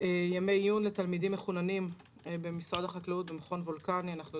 ימי עיון לתלמידים מחוננים במשרד החקלאות במכון וולקני זה